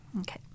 Okay